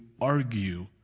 argue